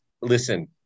listen